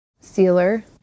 sealer